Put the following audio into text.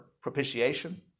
propitiation